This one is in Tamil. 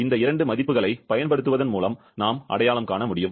இந்த இரண்டு மதிப்புகளைப் பயன்படுத்துவதன் மூலம் நாம் அடையாளம் காண முடியும்